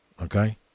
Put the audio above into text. okay